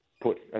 put